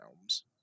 Realms